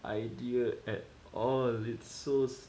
idea at all its so